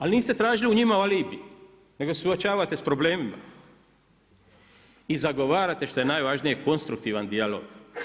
Ali niste tražili u njima alibi nego suočavate s problemima i zagovarate što je najvažnije konstruktivan dijalog.